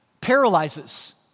paralyzes